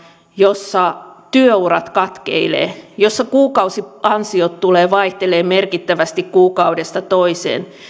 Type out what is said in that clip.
jossa työurat katkeilevat ja jossa kuukausiansiot tulevat vaihtelemaan merkittävästi kuukaudesta toiseen ja